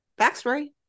backstory